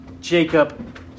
Jacob